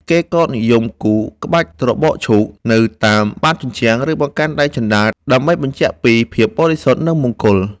គេក៏និយមគូរ ក្បាច់ត្របកឈូក នៅតាមបាតជញ្ជាំង ឬបង្កាន់ដៃជណ្តើរ ដើម្បីបញ្ជាក់ពីភាពបរិសុទ្ធ និងមង្គល។